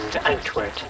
outward